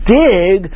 dig